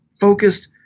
focused